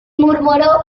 murmuró